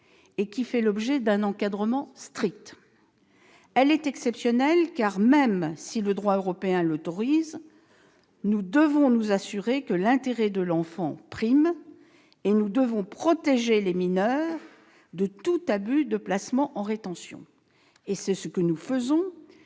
qui fait l'objet d'un encadrement strict. Elle est exceptionnelle, car, même si le droit européen l'autorise, nous devons nous assurer que l'intérêt de l'enfant prime et nous devons protéger les mineurs contre tout abus de placement en rétention. C'est ce que nous faisons.